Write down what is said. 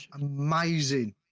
amazing